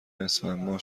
اسفندماه